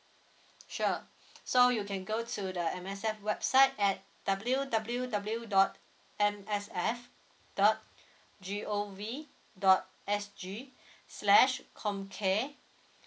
sure so you can go to the M_S_F website at W W W dot M S F dot G O V dot S G slash home care